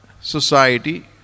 society